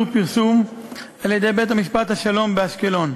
פרסום על-ידי בית-משפט השלום באשקלון.